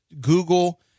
Google